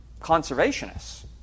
conservationists